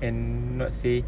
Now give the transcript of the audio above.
and not say